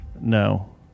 No